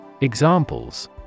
Examples